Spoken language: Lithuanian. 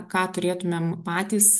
ką turėtumėm patys